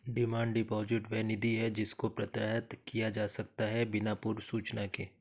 demand deposit वह निधि है जिसको प्रत्याहृत किया जा सकता है बिना पूर्व सूचना के